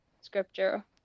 scripture